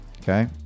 okay